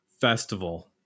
festival